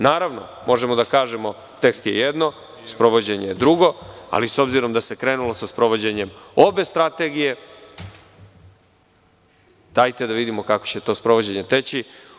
Naravno, možemo da kažemo tekst je jedno, sprovođenje je drugo, ali s obzirom da se krenulo sa sprovođenjem obe strategije, dajte da vidimo kako će to sprovođenje teći.